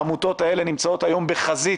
העמותות האלה נמצאות היום בחזית,